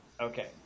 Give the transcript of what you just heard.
Okay